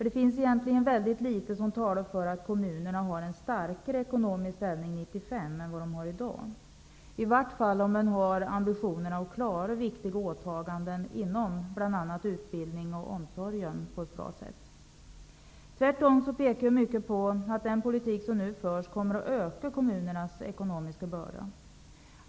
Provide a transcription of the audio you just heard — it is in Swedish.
Det finns väldigt litet som talar för att kommunerna har en starkare ekonomisk ställning 1995 än i dag. I vart fall om man har ambitionen att på ett bra sätt klara viktiga åtaganden inom bl.a. utbildning och omsorg. Tvärtom pekar mycket på att den politik som nu förs kommer att öka kommunernas ekonomiska börda.